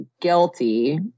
guilty